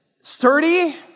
sturdy